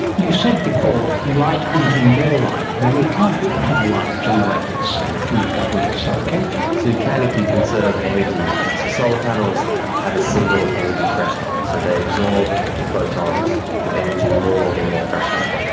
you said before light into more light. now, you can't have light generate itself and double itself can you? you can if you conserve energy. so solar panels have a single energy threshold, so they absorb photons with energy more than their threshold.